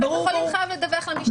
בית חולים חייב לדווח למשטרה,